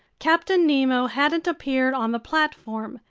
captain nemo hadn't appeared on the platform.